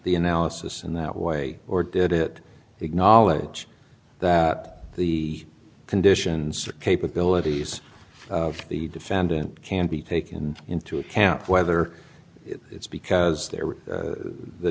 the analysis in that way or did it acknowledge the conditions capabilities of the defendant can be taken into account whether it's because they're the